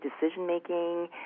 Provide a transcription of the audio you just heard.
decision-making